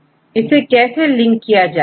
छात्र अब इसे कैसे लिंक किया जाए